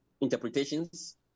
interpretations